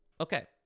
Okay